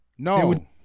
no